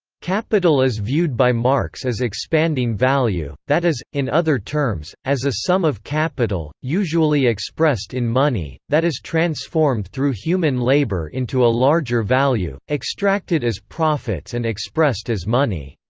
capital is viewed by marx as expanding value, that is, in other terms, as a sum of capital, usually expressed in money, that is transformed through human labor into a larger value, extracted as profits and expressed as money.